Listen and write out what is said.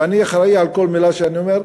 ואני אחראי על כל מילה שאני אומר,